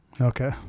Okay